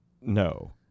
No